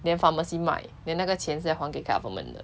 then pharmacy 卖 then 那个钱是要还给 government 的